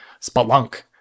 spelunk